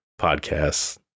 podcasts